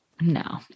No